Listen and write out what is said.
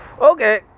Okay